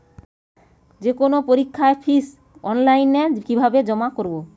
যে কোনো পরীক্ষার ফিস অনলাইনে কিভাবে জমা করব?